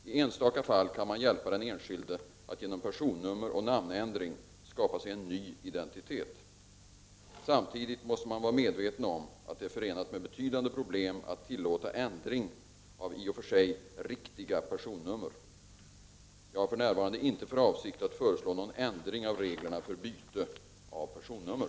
I enstaka fall kan man hjälpa den enskilde att genom personnummeroch namnändring skapa sig en ny identitet. Samtidigt måste man vara medveten om att det är förenat med betydande problem att tillåta ändring av i och för sig riktiga personnummer. Jag har för nävarande inte för avsikt att föreslå någon ändring av reglerna för byte av personnummer.